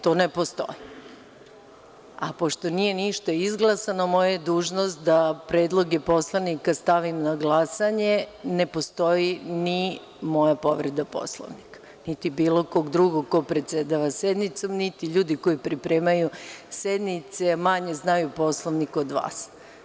To ne postoji, a pošto nije ništa izglasano, moja je dužnost da predloge poslanika stavim na glasanje, ne postoji ni moja povreda Poslovnika, niti bilo kog drugog ko predsedava sednicom, niti ljudi koji pripremaju sednice, a oni manje znaju Poslovnik od vas.